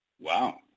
Wow